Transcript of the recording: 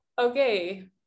okay